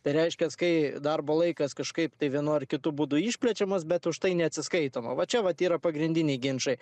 tai reiškias kai darbo laikas kažkaip tai vienu ar kitu būdu išplečiamas bet užtai neatsiskaitoma va čia vat yra pagrindiniai ginčai